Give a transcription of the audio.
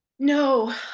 No